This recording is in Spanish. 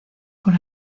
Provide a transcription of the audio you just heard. con